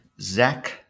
Zach